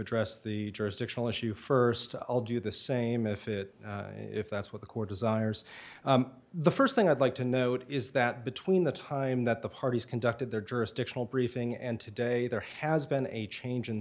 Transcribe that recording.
address the jurisdictional issue first i'll do the same if it if that's what the court desires the first thing i'd like to note is that between the time that the parties conducted their jurisdictional briefing and today there has been a change in